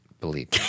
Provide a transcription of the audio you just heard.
believe